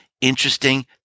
interesting